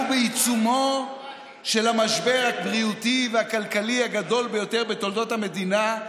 אנחנו בעיצומו של המשבר הבריאותי והכלכלי הגדול ביותר בתולדות המדינה,